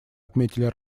отметили